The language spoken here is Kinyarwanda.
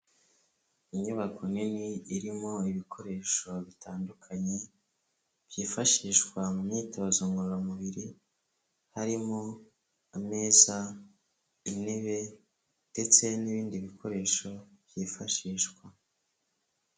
Inyubako nini irimo ibikoresho bitandukanye byifashishwa mu myitozo ngororamubiri, harimo ameza intebe ndetse n'ibindi bikoresho byifashishwa.